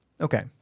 Okay